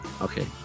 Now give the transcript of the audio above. Okay